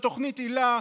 תוכנית היל"ה,